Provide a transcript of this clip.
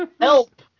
help